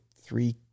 three